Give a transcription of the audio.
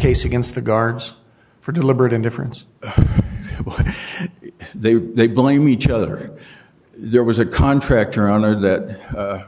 case against the guards for deliberate indifference they they blame each other there was a contractor honored that